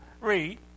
Read